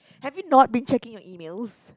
have you not been checking your emails